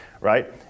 right